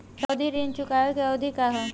सावधि ऋण चुकावे के अवधि का ह?